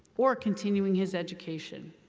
or continuing his education.